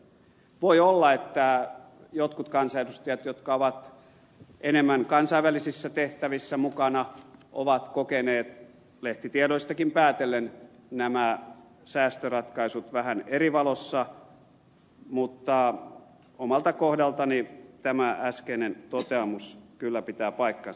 voi olla että jotkut kansanedustajat jotka ovat enemmän kansainvälisissä tehtävissä mukana ovat kokeneet lehtitiedoistakin päätellen nämä säästöratkaisut vähän eri valossa mutta omalta kohdaltani tämä äskeinen toteamus kyllä pitää paikkansa